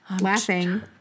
Laughing